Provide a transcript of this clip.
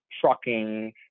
trucking